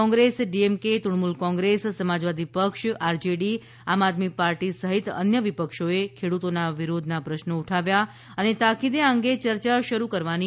કોંગ્રેસ ડીએમકે તૃણમુલ કોંગ્રેસ સમાજવાદી પક્ષ આરજેડી આમ આદમી પાર્ટી સહિત અન્ય વિપક્ષોએ ખેડૂતોના વિરોધના પ્રશ્નો ઉઠાવ્યા અને તાકીદે આ અંગે ચર્ચા શરૂ કરવાની માંગ કરી હતી